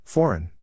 Foreign